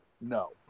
No